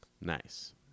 Nice